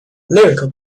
lyrical